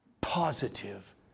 positive